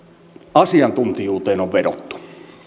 asiantuntijuuteen on vedottu